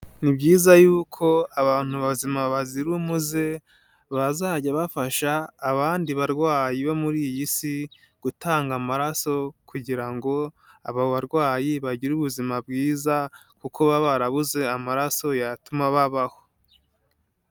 Ni byiza yuko abantu bazima bazira umuze, bazajya bafasha, abandi barwayi bo muri iyi si, gutanga amaraso kugira ngo, aba barwayi bagire ubuzima bwiza, kuko baba barabuze amaraso yatuma babaho.